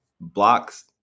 blocks